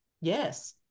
Yes